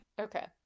Okay